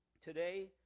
today